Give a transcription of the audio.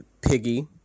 piggy